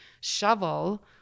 shovel